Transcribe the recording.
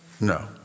No